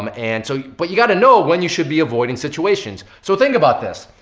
um and so but you gotta know when you should be avoiding situations. so think about this.